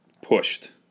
pushed